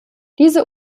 diese